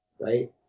right